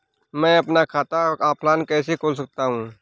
मैं अपना खाता ऑफलाइन कैसे खोल सकता हूँ?